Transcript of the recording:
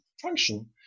function